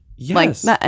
Yes